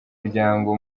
muryango